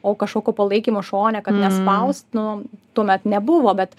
o kažkokio palaikymo šone kad nespaust nu tuomet nebuvo bet